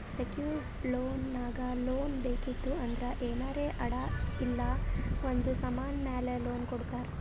secured loan ನಾಗ್ loan ಬೇಕಿತ್ತು ಅಂದ್ರ ಏನಾರೇ ಅಡಾ ಇಲ್ಲ ಒಂದ್ ಸಮಾನ್ ಮ್ಯಾಲ ಲೋನ್ ಕೊಡ್ತಾರ್